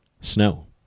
snow